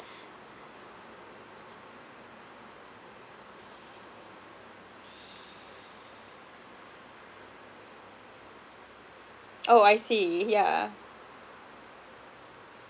oh I see yeah